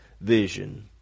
vision